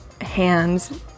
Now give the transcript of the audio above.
hands